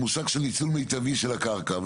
המושג של ניצול מיטבי של הקרקע,